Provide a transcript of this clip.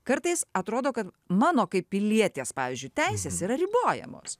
kartais atrodo kad mano kaip pilietės pavyzdžiui teisės yra ribojamos